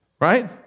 Right